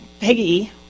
Peggy